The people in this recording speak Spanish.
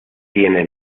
tiene